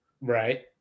Right